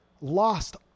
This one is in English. lost